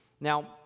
Now